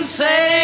say